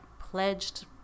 pledged